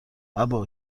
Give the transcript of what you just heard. ابا